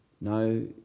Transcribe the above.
No